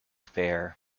fare